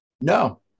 No